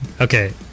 Okay